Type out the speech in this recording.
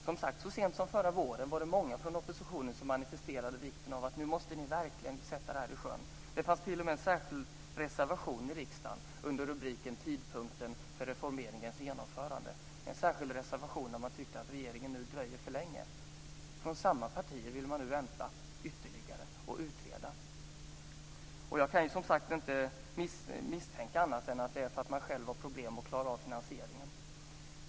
Som sagt, så sent som förra våren var det många i oppositionen som manifesterade vikten av att vi nu verkligen måste sätta detta i sjön. Det fanns t.o.m. en särskild reservation i riksdagen under rubriken Tidpunkten för reformeringens genomförande. Det var en särskild reservation där man tyckte att regeringen dröjde för länge. Från samma partier vill man nu vänta ytterligare och utreda. Jag kan som sagt inte misstänka annat än att det är för att man själv har problem med att klara av finansieringen.